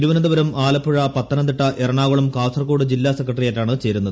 തിരുവനന്തപുരം ആലപ്പുഴ പത്തനംതിട്ട എറണാകുളം കാസർകോട് ജില്ലാ സെക്രട്ടറിയറ്റാണ് ചേരുന്നത്